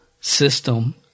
system